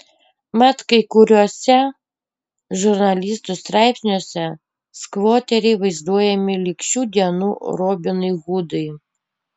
mat kai kuriuose žurnalistų straipsniuose skvoteriai vaizduojami lyg šių dienų robinai hudai